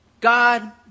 God